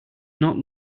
not